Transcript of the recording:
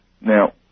Now